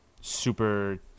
super